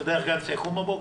אני יודע איך גנץ יקום בבוקר?